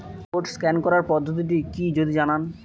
Code scan করার পদ্ধতিটি কি যদি জানান?